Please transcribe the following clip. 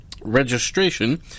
Registration